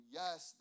yes